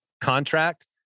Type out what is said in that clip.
contract